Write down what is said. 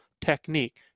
technique